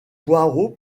poirot